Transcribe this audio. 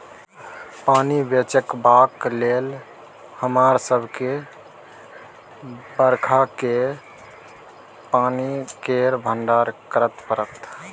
पानि बचेबाक लेल हमरा सबके बरखा केर पानि केर भंडारण करय परत